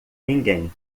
ninguém